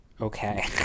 Okay